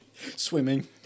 swimming